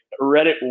Reddit